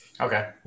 Okay